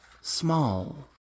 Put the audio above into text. small